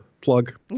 Plug